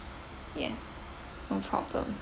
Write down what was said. yes no problem